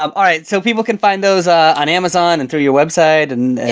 um all right. so people can find those ah on amazon and through your website ande